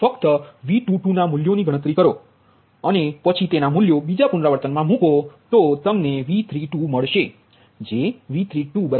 ફક્ત V22 ના મૂલ્યોની ગણતરી કરો અને પછી તેના મૂલ્યો બીજા પુનરાવર્તનમાં મૂકો તો તમને V32 મળશે